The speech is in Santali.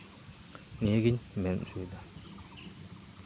ᱱᱤᱭᱟᱹᱜᱤᱧ ᱢᱮᱱ ᱚᱪᱚᱭ ᱫᱟ